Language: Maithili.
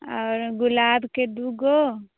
आओर गुलाबके दू गो